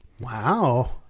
wow